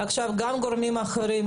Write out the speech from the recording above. גם הגורמים האחרים,